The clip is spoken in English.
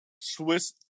Swiss